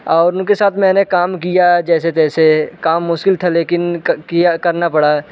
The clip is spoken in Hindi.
और उनके साथ मैंने काम किया जैसे तैसे काम मुश्किल था लेकिन किया करना पड़ा